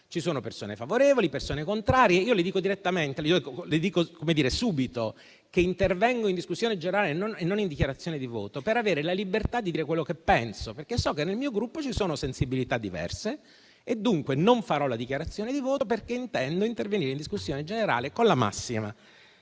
Ci sono persone favorevoli e persone contrarie. Le dico subito che intervengo in discussione generale e non in dichiarazione di voto, per avere la libertà di dire quello che penso, perché so che nel mio Gruppo ci sono sensibilità diverse. Dunque, non farò la dichiarazione di voto perché intendo intervenire in discussione generale con la massima